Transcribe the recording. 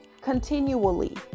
continually